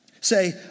say